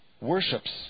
worships